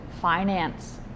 finance